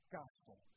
gospel